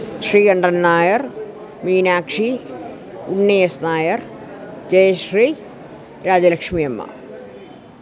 Sreekandan Nair Meenakshi Unni S Nair Jayashree Rajalakshmi Amma